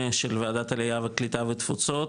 של וועדת העלייה והקליטה והתפוצות,